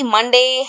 Monday